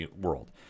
world